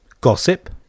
Gossip